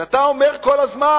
אז אתה אומר כל הזמן: